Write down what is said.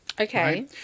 okay